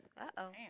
Uh-oh